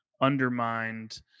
undermined